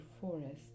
forest